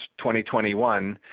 2021